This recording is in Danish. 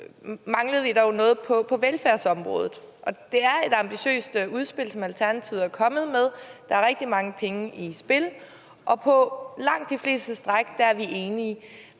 manglede vi dog noget på velfærdsområdet. Det er et ambitiøst udspil, som Alternativet er kommet med, der er rigtig mange penge i spil, og på langt de fleste stræk er vi enige.